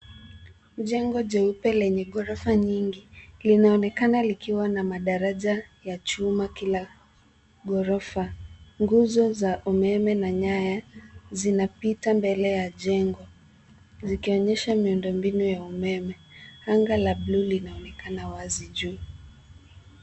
Jengo jeupe lenye ghorofa nyingi, linaonekana likiwa na madaraja ya chuma kila ghorofa, nguzo za umeme na nyaya zinapita mbele ya jengo, zikionyesha miundo mbinu ya umeme. Anga la buluu linaonekana wazi juu.